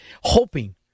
hoping